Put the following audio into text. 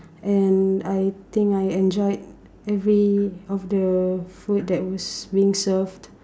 and I think I enjoyed every of the food that was being served